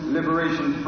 Liberation